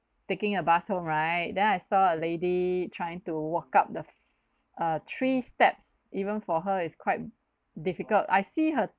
taking a bus home right then I saw a lady trying to walk up the err three steps even for her is quite difficult I see her